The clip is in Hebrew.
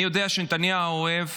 אני יודע שנתניהו אוהב